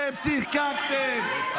--- צחקתם, צחקקתם.